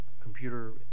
computer